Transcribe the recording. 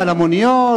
על המוניות,